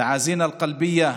תנחומינו הלבביים